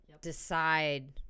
decide